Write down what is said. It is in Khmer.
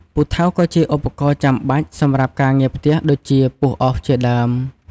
ពូថៅក៏ជាឧបករណ៍ចាំបាច់សម្រាប់ការងារផ្ទះដូចជាពុះអុស ជាដើម។